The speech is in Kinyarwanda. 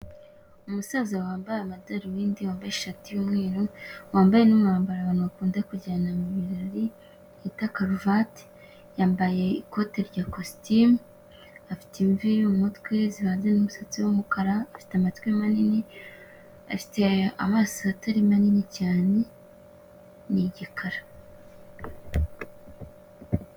Umusaza wambaye amadarubindi, wambaye ishati y'umweru, wambaye n'umwambaro abantu bakunda kujyana mu birori bita karuvati; yambaye ikote rya kositimu, afite imvi mu mutwe zivanze n'umusatsi w'umukara; afite amatwi manini, afite amaso atari manini cyane ni igikara.